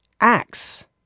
acts